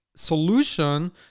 solution